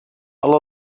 alle